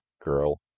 girl